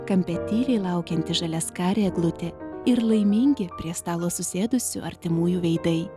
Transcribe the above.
kampe tyliai laukianti žaliaskarė eglutė ir laimingi prie stalo susėdusių artimųjų veidai